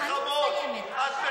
חברת הכנסת זועבי, אבל הזמן הסתיים.